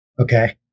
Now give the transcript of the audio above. okay